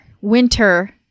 winter